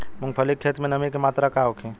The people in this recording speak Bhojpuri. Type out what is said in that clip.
मूँगफली के खेत में नमी के मात्रा का होखे?